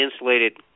insulated